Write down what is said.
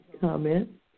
comment